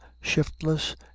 shiftless